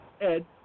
Ed